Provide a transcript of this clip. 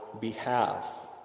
behalf